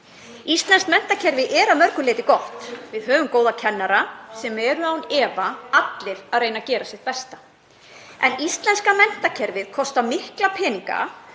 Íslenskt menntakerfi er að mörgu leyti gott. Við höfum góða kennara sem eru án efa allir að reyna að gera sitt besta en íslenska menntakerfið kostar mikla peninga